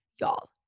Y'all